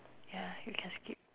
ya you can skip